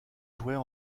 jouets